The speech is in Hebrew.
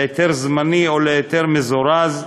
להיתר זמני או להיתר מזורז,